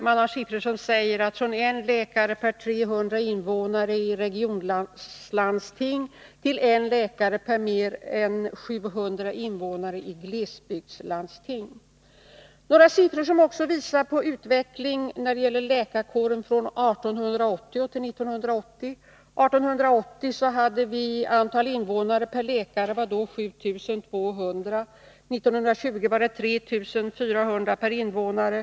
Man har siffror som visar på från en läkare per 300 invånare i regionlandsting till en läkare per mer än 700 invånare i glesbygdslandsting. Jag har här några siffror som visar på utvecklingen när det gäller läkartätheten från 1880 till 1980. 1880 var antalet invånare per läkare 7 200. 1920 var det 3 400 invånare per läkare.